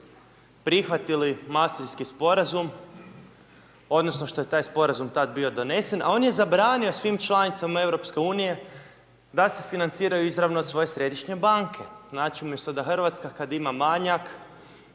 prihvatili Masterski Sporazum odnosno što je taj Sporazum bio tada donesen, a on je zabranio svim članicama EU da se financiraju izravno od svoje Središnje banke. Znači, umjesto da RH kada ima manjak,